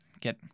get